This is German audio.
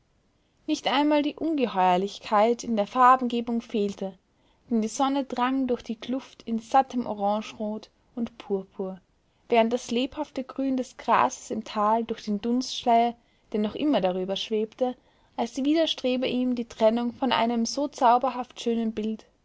nicht einmal die ungeheuerlichkeit in der farbengebung fehlte denn die sonne drang durch die kluft in sattem orangerot und purpur während das lebhafte grün des grases im tal durch den dunstschleier der noch immer darüber schwebte als widerstrebe ihm die trennung von einem so zauberhaft schönen bild